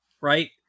Right